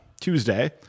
Tuesday